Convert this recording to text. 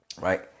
Right